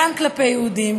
גם כלפי יהודים,